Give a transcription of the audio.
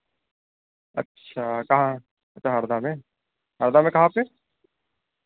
अच्छा कहाँ अच्छा हरदा में हरदा में कहाँ पे